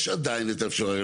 יש עדיין את האפשרות לשנות.